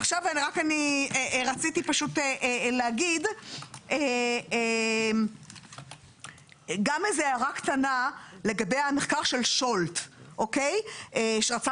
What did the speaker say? עכשיו רציתי גם להגיד גם איזה הערה קטנה לגבי המחקר של שולט שרצה